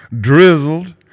drizzled